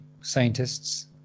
scientists